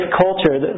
culture